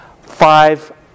five